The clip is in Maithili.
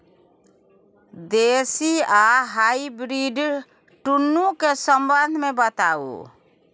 देसी आ हाइब्रिड दुनू के संबंध मे बताऊ?